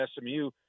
SMU